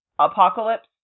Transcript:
apocalypse